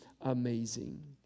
amazing